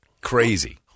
Crazy